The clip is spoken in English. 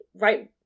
right